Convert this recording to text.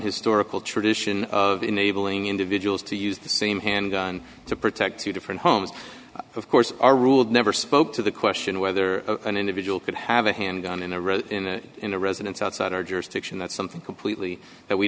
historical tradition of enabling individuals to use the same handgun to protect two different homes of course our rule never spoke to the question whether an individual could have a handgun in a row in a residence outside our jurisdiction that's something completely that we